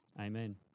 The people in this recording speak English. Amen